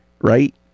right